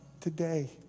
today